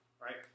Right